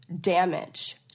damage